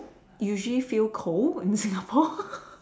usually feel cold in Singapore